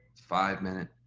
five minute,